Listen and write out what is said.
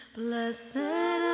blessed